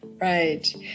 Right